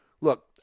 Look